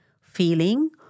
feeling